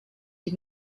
die